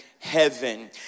Heaven